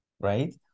right